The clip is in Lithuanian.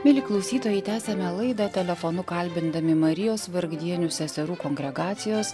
mieli klausytojai tęsiame laidą telefonu kalbindami marijos vargdienių seserų kongregacijos